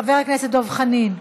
חבר הכנסת דב חנין,